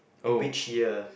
in which year